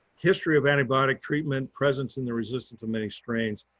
history of antibiotic treatment presence in the resistance of many strains.